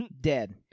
Dead